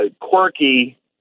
quirky